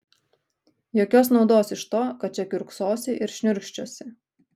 jokios naudos iš to kad čia kiurksosi ir šniurkščiosi